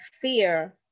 fear